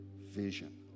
vision